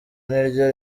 niryo